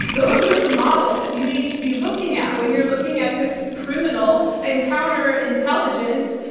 those are the models you need to be looking at when you're looking at this criminal and counter-intelligence,